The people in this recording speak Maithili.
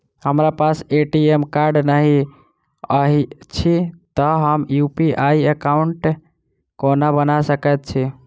हमरा पास ए.टी.एम कार्ड नहि अछि तए हम यु.पी.आई एकॉउन्ट कोना बना सकैत छी